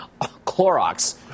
Clorox